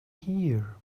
here